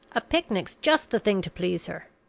a picnic's just the thing to please her.